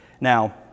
Now